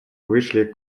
вышли